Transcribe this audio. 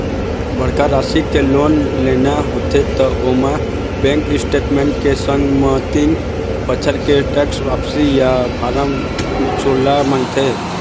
बड़का राशि के लोन लेना होथे त ओमा बेंक स्टेटमेंट के संग म तीन बछर के टेक्स वापसी या फारम सोला मांगथे